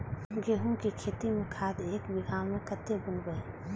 गेंहू के खेती में खाद ऐक बीघा में कते बुनब?